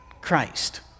Christ